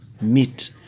meet